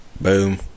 Boom